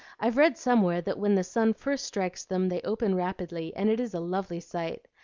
i've read somewhere that when the sun first strikes them they open rapidly, and it is a lovely sight.